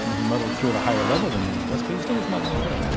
he muddled through at a higher level than many of us, but he still was muddling through.